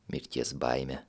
mirties baimę